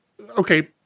Okay